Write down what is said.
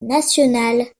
national